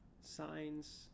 Signs